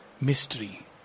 mystery